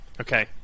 okay